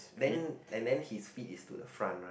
then and then his feet is to the front right